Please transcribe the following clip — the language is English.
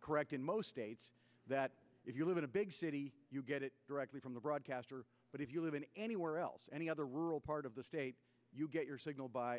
correct in most states that if you live in a big city you get it directly from the broadcaster but if you live in anywhere else any other rural part of the state you get your signal by